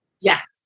Yes